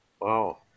Wow